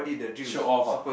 show off ah